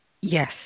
Yes